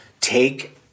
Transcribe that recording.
take